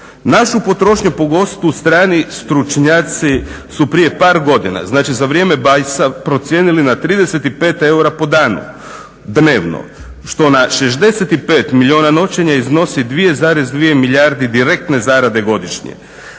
Našu potrošnju po gostu strani stručnjaci su prije par godina, znači za vrijeme Bajsa procijenili na 35 eura po danu dnevno, što na 65 milijuna noćenja iznosi 2,2 milijarde direktne zarade godišnje.